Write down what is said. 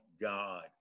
God